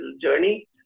journey